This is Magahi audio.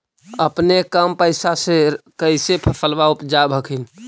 अपने कम पैसा से कैसे फसलबा उपजाब हखिन?